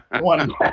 One